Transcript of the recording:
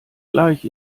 gleich